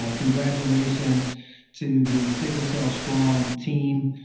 ah congratulations to the sickle cell strong team.